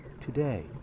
today